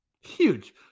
Huge